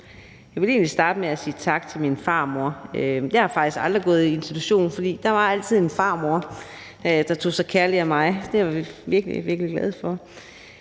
jeg vil egentlig starte med at sige tak til min farmor. Jeg har faktisk aldrig gået i institution, for der var altid en farmor, der tog sig kærligt af mig. Det er jeg virkelig, virkelig glad for.